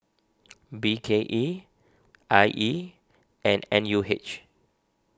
B K E I E and N U H